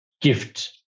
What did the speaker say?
gift